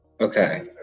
Okay